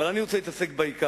אבל אני רוצה להתעסק בעיקר.